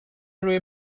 روی